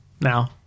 now